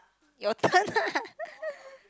your turn lah